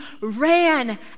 ran